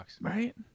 Right